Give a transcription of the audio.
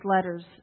letters